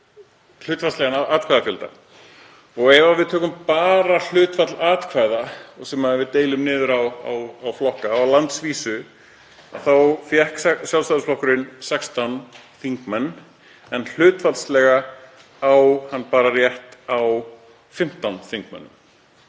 hlutfallslegan atkvæðafjölda. Ef við tökum bara hlutfall atkvæða sem við deilum niður á flokka á landsvísu þá fékk Sjálfstæðisflokkurinn 16 þingmenn en ætti hlutfallslega bara rétt á 15 þingmönnum,